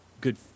good